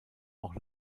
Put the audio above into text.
auch